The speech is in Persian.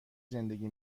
زندگی